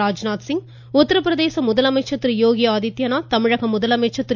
ராஜ்நாத்சிங் உத்தரப்பிரதேச முதலமைச்சர் யோகி ஆதித்யநாத் தமிழக முதலமைச்சர் திரு